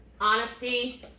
honesty